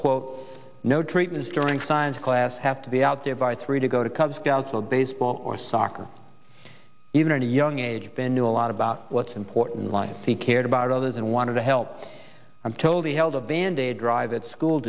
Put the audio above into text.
quote no treatments during science class have to be out there by three to go to cub scouts or baseball or soccer or even a young age ben knew a lot about what's important why he cared about others and wanted to help i'm told he held a band aid drive at school